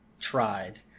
tried